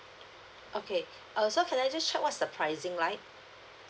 okay uh so can I just check what's the pricing like